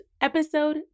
episode